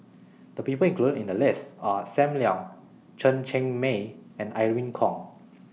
The People included in The list Are SAM Leong Chen Cheng Mei and Irene Khong